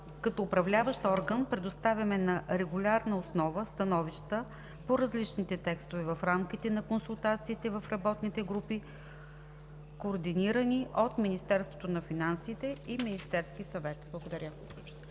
Като Управляващ орган предоставяме на регулярна основа становища по различните текстове в рамките на консултациите в работните групи, координирани от Министерството на финансите и Министерския съвет.“ Благодаря.